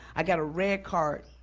i got a red card,